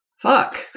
fuck